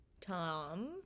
Tom